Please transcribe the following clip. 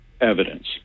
evidence